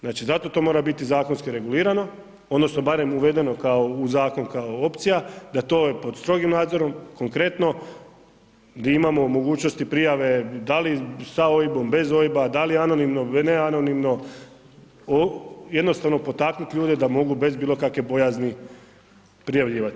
Znači zato to mora biti zakonski regulirano odnosno barem uvedeno kao u zakon kao opcija, da to je pod strogim nadzorom, konkretno gdje imamo mogućnosti prijave, da li sa OIB-om, bez OIB-a, da li anonimno, neanonimno, jednostavno potaknut ljude da mogu bez bilo kakve bojazni prijavljivati.